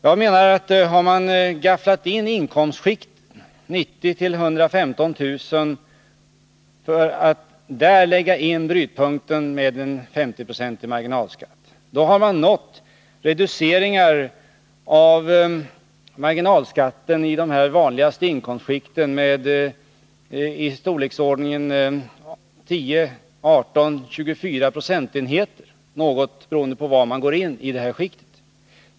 Jag menar att har man gafflat in inkomstskikten 90 000-115 000 för att där placera brytpunkten då det gäller en 50-procentig marginalskatt, därmed har man fått till stånd reduceringar av marginalskatten i de vanligaste inkomskikten i storleksordningen 10, 18 och 24 procentenheter — något beroende på var man går in i inkomstskiktet.